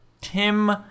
Tim